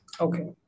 Okay